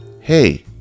hey